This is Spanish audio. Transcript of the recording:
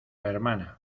hermana